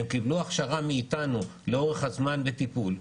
הם קיבלו הכשרה מאיתנו לאורך הזמן בטיפול.